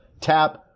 tap